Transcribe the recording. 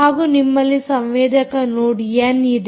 ಹಾಗೂ ನಿಮ್ಮಲ್ಲಿ ಸಂವೇದಕ ನೋಡ್ ಎನ್ ಇದೆ